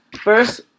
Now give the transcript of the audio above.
first